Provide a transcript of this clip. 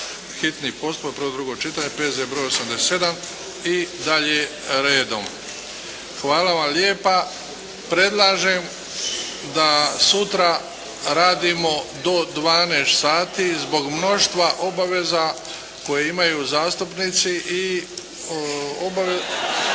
Hvala vam lijepa. Predlažem da sutra radimo do 12 sati zbog mnoštva obaveza koje imaju zastupnici.